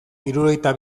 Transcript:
hirurogeita